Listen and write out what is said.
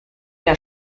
der